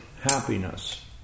happiness